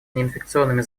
неинфекционными